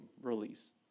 release